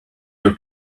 your